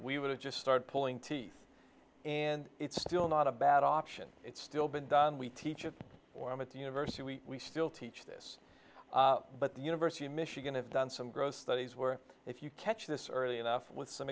we would have just started pulling teeth and it's still not a bad option it's still been done we teach it or at the university we still teach this but the university of michigan has done some growth studies where if you catch this early enough with some